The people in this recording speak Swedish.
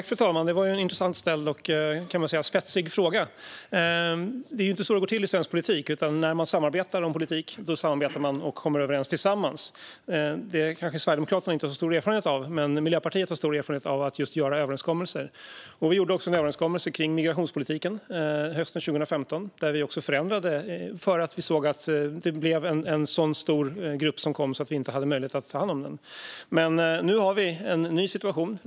Fru talman! Det var en intressant ställd och - kan man säga - spetsig fråga. Det är ju inte så det går till i svensk politik, utan när man samarbetar om politik samarbetar man och kommer överens tillsammans. Det kanske inte Sverigedemokraterna har så stor erfarenhet av, men Miljöpartiet har stor erfarenhet just av att göra överenskommelser. Vi gjorde också en överenskommelse om migrationspolitiken hösten 2015. Vi förändrade politiken eftersom vi såg att det kom en så stor grupp att vi inte hade möjlighet att ta hand om den. Nu har vi en ny situation.